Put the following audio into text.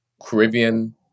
Caribbean